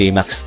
Max